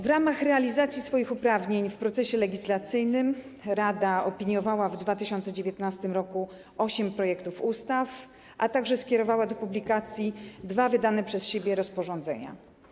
W ramach realizacji swoich uprawnień w procesie legislacyjnym rada zaopiniowała w 2019 r. osiem projektów ustaw, a także skierowała do publikacji dwa wydane przez siebie rozporządzenia.